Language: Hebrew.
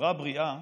בחברה בריאה,